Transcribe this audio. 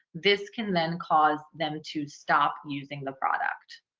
this can then cause them to stop using the product.